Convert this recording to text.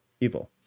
evil